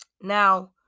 Now